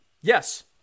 Yes